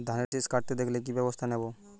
ধানের শিষ কাটতে দেখালে কি ব্যবস্থা নেব?